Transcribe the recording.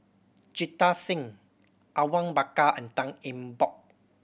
Jita Singh Awang Bakar and Tan Eng Bock